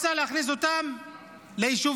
רוצה להכניס אותם ליישובים,